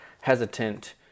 hesitant